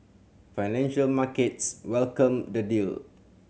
financial markets welcomed the deal